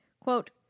Quote